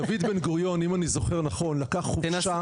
דויד בן גוריון אם אני זוכר נכון לקח חופשה.